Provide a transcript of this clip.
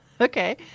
Okay